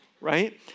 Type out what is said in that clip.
right